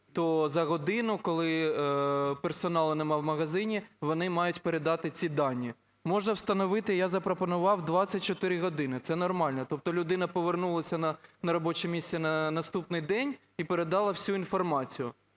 то за годину, коли персоналу нема в магазині, вони мають передати ці дані. Можна встановити, я запропонував, 24 години – це нормально. Тобто людина повернулася на робоче місце на наступний день і передала всю інформацію.